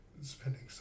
spending